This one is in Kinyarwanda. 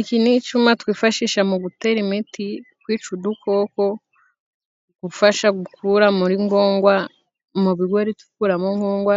Iki ni icuma twifashisha mu gutera imiti, kwica udukoko, gufasha gukura muri ngongwa mu bigori tukuramo nkongwa